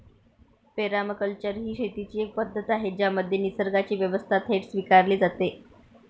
permaculture ही शेतीची एक पद्धत आहे ज्यामध्ये निसर्गाची व्यवस्था थेट स्वीकारली जाते